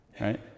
Right